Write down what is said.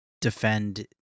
defend